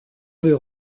veut